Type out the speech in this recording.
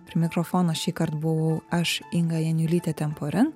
prie mikrofono šįkart buvau aš inga janiulytė temporin